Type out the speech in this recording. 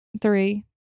three